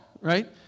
right